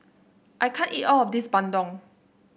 I can't eat all of this Bandung